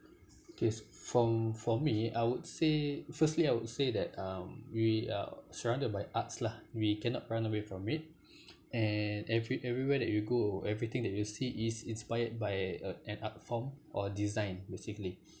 okay fo~ for me I would say firstly I would say that um we are surrounded by arts lah we cannot run away from it and every everywhere that you go everything that you see is inspired by a an art form or design basically